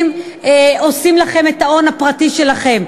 עושים לכם את ההון הפרטי שלכם.